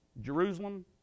Jerusalem